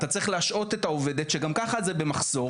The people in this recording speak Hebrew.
אתה צריך להשעות את העובדת שגם ככה זה במחסור,